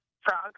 frog